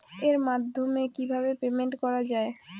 এর মাধ্যমে কিভাবে পেমেন্ট করা য়ায়?